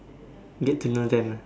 get to know them ah